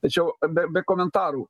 tai čia jau be be komentarų